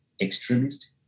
extremist